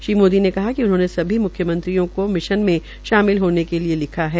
श्री मोदी ने कहा कि उन्होंने सभी म्ख्यमंत्रियों को मिशन में शामिल होने के लिए लिखा है